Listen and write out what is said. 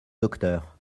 docteur